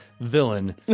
villain